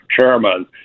chairman